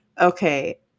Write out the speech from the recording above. okay